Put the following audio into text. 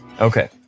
Okay